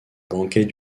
banquet